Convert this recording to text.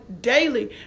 daily